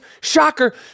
shocker